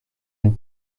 and